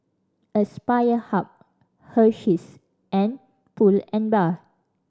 Aspire Hub Hersheys and Pull and Bear